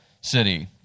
city